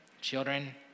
children